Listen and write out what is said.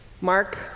Mark